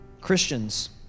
Christians